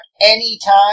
anytime